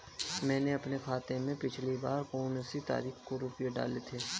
मैंने अपने खाते में पिछली बार कौनसी तारीख को रुपये डाले थे?